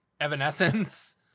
Evanescence